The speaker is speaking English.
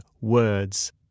words